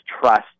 trust